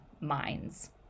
minds